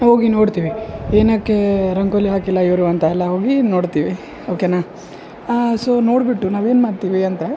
ಹೋಗಿ ನೋಡ್ತೀವಿ ಏನಕ್ಕೆ ರಂಗೋಲಿ ಹಾಕಿಲ್ಲ ಇವರು ಅಂತ ಎಲ್ಲ ಹೋಗಿ ನೋಡ್ತೀವಿ ಓಕೆನಾ ಸೊ ನೋಡಿಬಿಟ್ಟು ನಾವೇನು ಮಾಡ್ತೀವಿ ಅಂದರೆ